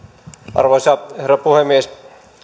arvoisa herra puhemies